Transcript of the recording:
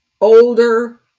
older